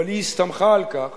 אבל היא הסתמכה על כך